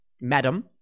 madam